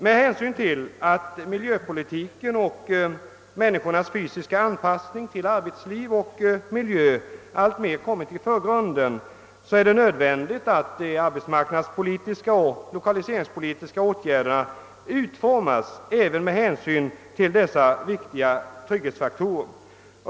Med hänsyn till att miljöpolitiken och frågan om en människornas fysiska anpassning till arbetsliv och miljö alltmer kommit i förgrunden är det nödvändigt att de arbetsmarknadspolitiska och lokaliseringspolitiska åtgärderna utformas även med hänsyn till dessa viktiga trygghetsfaktorer.